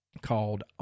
called